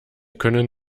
können